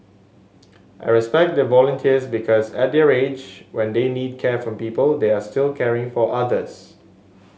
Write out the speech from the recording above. I respect their volunteers because at their age when they need care from people they are still caring for others